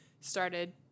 started